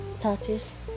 touches